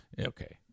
Okay